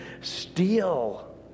Steal